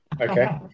Okay